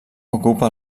ocupa